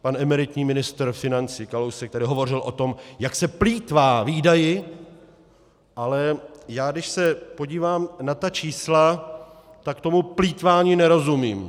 Pan emeritní ministr financí Kalousek tady hovořil o tom, jak se plýtvá výdaji, ale když se podívám na ta čísla, tak tomu plýtvání nerozumím.